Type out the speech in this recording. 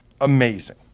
amazing